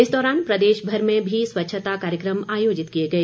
इस दौरान प्रदेशभर में भी स्वच्छता कार्यक्रम आयोजित किए गए